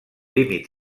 límit